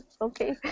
okay